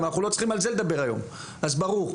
אנחנו לא צריכים על זה לדבר היום אז ברור.